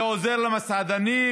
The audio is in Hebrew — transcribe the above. זה עוזר למסעדנים,